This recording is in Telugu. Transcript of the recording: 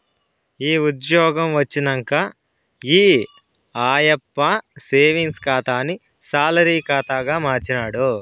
యా ఉజ్జ్యోగం వచ్చినంక ఈ ఆయప్ప సేవింగ్స్ ఖాతాని సాలరీ కాతాగా మార్చినాడు